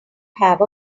have